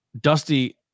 dusty